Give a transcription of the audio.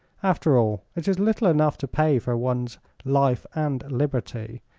after all, it is little enough to pay for one's life and liberty,